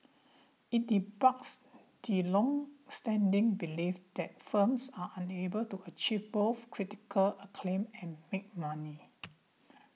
it debunks the longstanding belief that films are unable to achieve both critical acclaim and make money